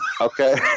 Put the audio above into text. Okay